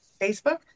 Facebook